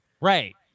right